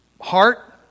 heart